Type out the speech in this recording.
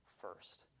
first